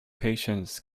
patience